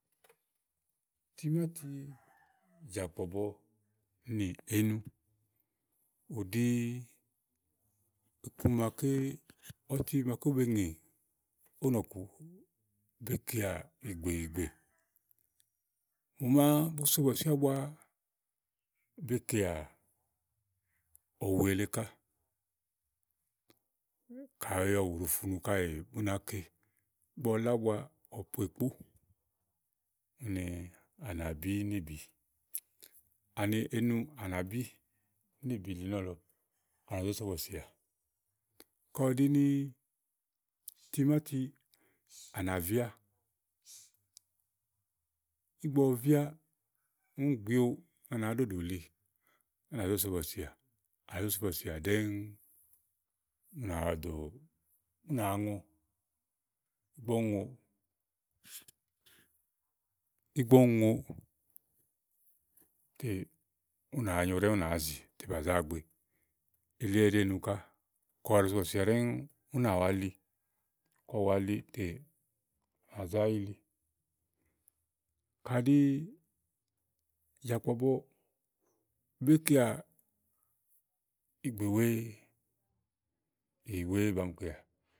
Timàti, Jàkpɔ̀bɔ nì enu odì iku maké be ŋèá òwo nɔ̀ku, be kèà ìgbè ìgbè. Mò maà bo so bɔ̀sì àbua be kéà ɔ̀wù èle kà. Kàyi ɔ̀wù ɖòo funu kàè bìà be kè. Ìgbɔ ɔ le abùa, à ná pò ìkpò ètè ànà bì nèbi ani enu à ná bì néèbi i nɔlɔ à nà zò so bɔ̀sì kàyi ùɖi timàti à nà víà ùni gbiéwu ùni ànà ɖùɖù li ùni à nà zò so bɔ̀sìà ɖɛ́ɛ́ ù nà ŋò. Ùni ìgbɔ ùni ŋò ùni zi àfɛ̀ té bà zà agbeEli enu kà kàyi òɖòo so bɔsìà ù nà wa li tè ànà zà yili. kàdi Jàkpɔ̀bɔ be kèà ìgbè wee ban ké.